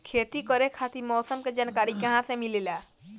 खेती करे खातिर मौसम के जानकारी कहाँसे मिलेला?